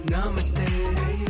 Namaste